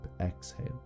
exhale